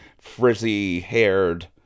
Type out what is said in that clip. frizzy-haired